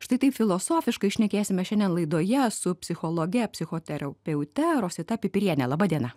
štai taip filosofiškai šnekėsime šiandien laidoje su psichologe psichoterapeute rosita pipiriene laba diena